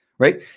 Right